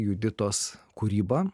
juditos kūryba